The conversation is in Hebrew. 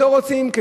לא רוצים,